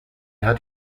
hat